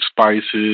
spices